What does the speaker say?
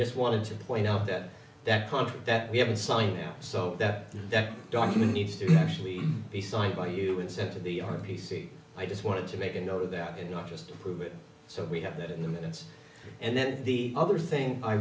just wanted to point out that that contract that we haven't signed so that that document needs to actually be signed by you and sent to the r p c i just wanted to make a note of that and not just approve it so we have that in the minutes and then the other thing i